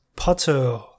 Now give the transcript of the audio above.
Potter